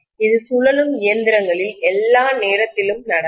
இது சுழலும் இயந்திரங்களில் எல்லா நேரத்திலும் நடக்கும்